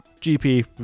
GP